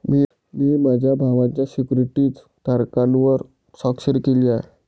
मी माझ्या भावाच्या सिक्युरिटीज तारणावर स्वाक्षरी केली आहे